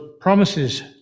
promises